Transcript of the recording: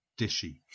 dishy